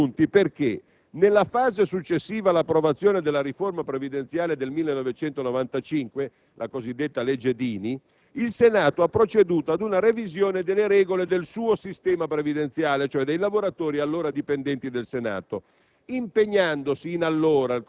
A questa situazione si è giunti perché, nella fase successiva all'approvazione della riforma previdenziale del 1995 (la cosiddetta legge Dini), il Senato ha proceduto ad una revisione delle regole del sistema previdenziale dei lavoratori allora dipendenti, impegnandosi